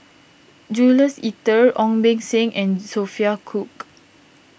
Jules Itier Ong Beng Seng and Sophia Cooke